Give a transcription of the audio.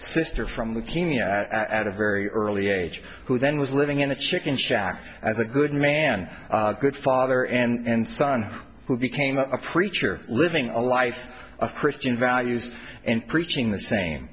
sister from leukemia at a very early age who then was living in a chicken shack as a good man good father and son who became a preacher living a life of christian values and preaching the same